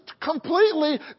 completely